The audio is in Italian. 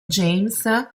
james